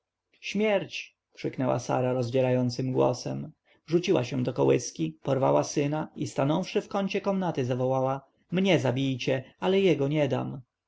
śmierć krzyknęła sara rozdzierającym głosem rzuciła się do kołyski porwała syna i stanąwszy w kącie komnaty zawołała mnie zabijcie ale jego nie dam